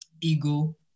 Ego